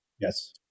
Yes